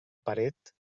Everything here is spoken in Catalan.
paret